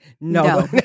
No